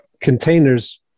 containers